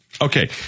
Okay